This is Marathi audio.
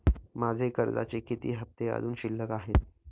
माझे कर्जाचे किती हफ्ते अजुन शिल्लक आहेत?